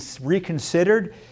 reconsidered